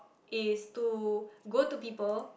is to go to people